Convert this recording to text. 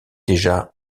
déjà